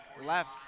left